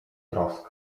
trosk